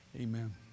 amen